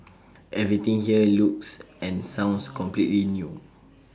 everything here looks and sounds completely new